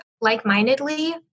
like-mindedly